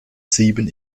sieben